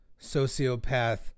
sociopath